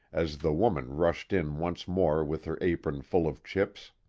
as the woman rushed in once more with her apron full of chips.